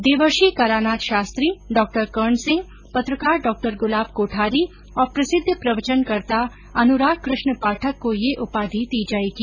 देवर्षी कलानाथ शास्त्री डॉ कर्णसिंह पत्रकार डॉ गुलाब कोठारी और प्रसिद्ध प्रवचनकर्ता अनुराग कृष्ण पाठक को यह उपाधि दी जाएगी